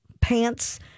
pants